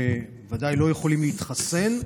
שוודאי לא יכולים להתחסן,